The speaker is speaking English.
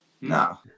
No